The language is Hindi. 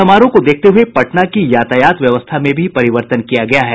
समारोह को देखते हुए पटना की यातायात व्यवस्था में भी परिवर्तन किया गया है